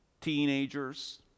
teenagers